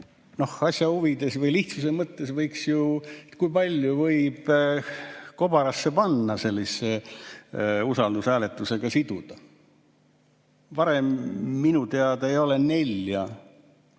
asja huvides või lihtsuse mõttes, kui palju võib kobarasse panna, sellise usaldushääletusega siduda. Varem minu teada ei ole nelja